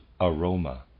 aroma